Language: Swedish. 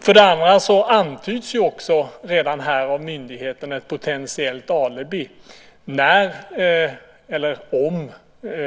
För det andra antyds också redan här av myndigheten ett potentiellt alibi: När eller om